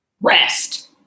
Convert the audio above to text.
rest